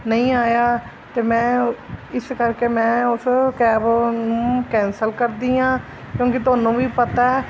ਨਹੀਂ ਆਇਆ ਤਾਂ ਮੈਂ ਇਸ ਕਰਕੇ ਮੈਂ ਉਸ ਕੈਬ ਨੂੰ ਕੈਂਸਲ ਕਰਦੀ ਹਾਂ ਕਿਉਂਕਿ ਤੁਹਾਨੂੰ ਵੀ ਪਤਾ